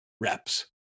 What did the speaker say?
reps